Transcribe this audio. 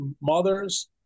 mothers